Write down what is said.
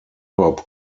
hop